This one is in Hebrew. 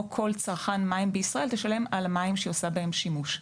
כל צרכן מים בישראל תשלם על המים שהיא עושה בהם שימוש.